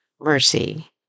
mercy